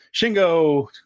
Shingo